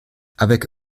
avec